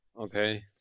Okay